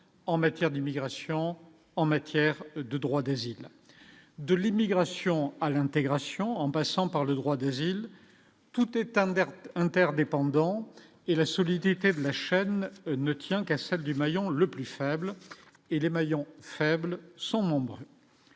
en matière d'immigration en matière de droits de l'immigration à l'intégration, en passant par le droit des îles tout état interdépendants et la solidité de la chaîne ne tient qu'à celle du maillon le plus faible et les maillons faibles sont nombreux